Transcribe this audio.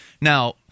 Now